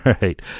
right